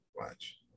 Watch